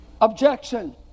Objection